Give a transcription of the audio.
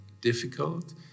difficult